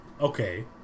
Okay